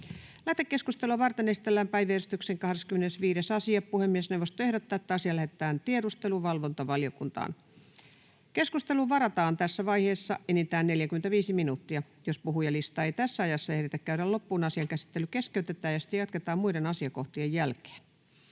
Lähetekeskustelua varten esitellään päiväjärjestyksen 25. asia. Puhemiesneuvosto ehdottaa, että asia lähetetään tiedusteluvalvontavaliokuntaan. Keskusteluun varataan tässä vaiheessa enintään 45 minuuttia. Jos puhujalistaa ei tässä ajassa ehditä käydä loppuun, asian käsittely keskeytetään ja sitä jatketaan muiden asiakohtien jälkeen.